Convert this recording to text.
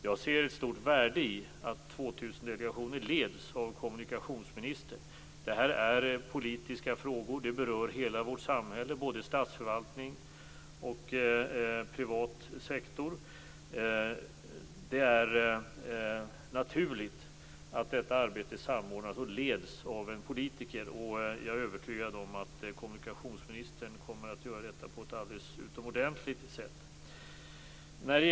Jag ser ett stort värde i att 2000-delegationen leds av kommunikationsministern. Detta är politiska frågor som berör hela vårt samhälle, både statsförvaltning och privat sektor. Det är naturligt att detta arbete samordnas och leds av en politiker. Jag är övertygad om att kommunikationsministern kommer att göra detta på ett alldeles utomordentligt sätt.